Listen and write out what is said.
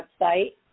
website